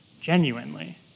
genuinely